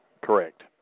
correct